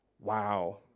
Wow